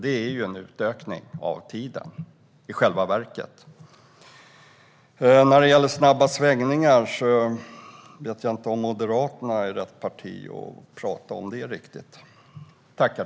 Det är i själva verket en utökning av tiden. Jag vet inte om Moderaterna är rätt parti att prata om snabba svängningar.